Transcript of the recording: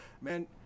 man